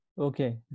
Okay